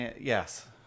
Yes